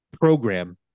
program